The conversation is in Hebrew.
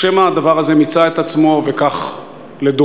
או שמא הדבר הזה מיצה את עצמו וכך לדורות?